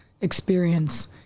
experience